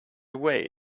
away